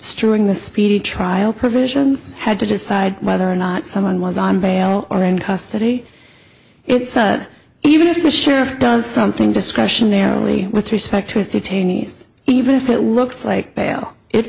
struing the speedy trial provisions had to decide whether or not someone was on bail or in custody it's such even if the sheriff does something discretionary only with respect to his detainees even if it looks like